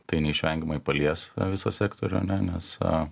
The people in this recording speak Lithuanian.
tai neišvengiamai palies a visą sektorių ane nes a